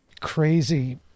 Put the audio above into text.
crazy